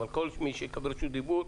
אבל כל מי שיקבל רשות דיבור,